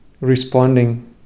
responding